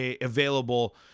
available